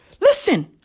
listen